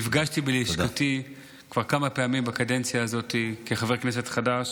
נפגשתי בלשכתי כבר כמה פעמים בקדנציה הזאת כחבר כנסת חדש